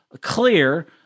Clear